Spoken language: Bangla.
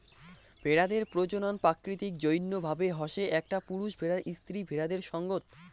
ভেড়াদের প্রজনন প্রাকৃতিক জইন্য ভাবে হসে একটা পুরুষ ভেড়ার স্ত্রী ভেড়াদের সঙ্গত